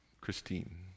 Christine